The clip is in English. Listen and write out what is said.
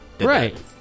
Right